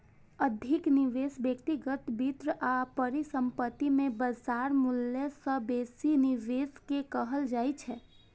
अधिक निवेश व्यक्तिगत वित्त आ परिसंपत्ति मे बाजार मूल्य सं बेसी निवेश कें कहल जाइ छै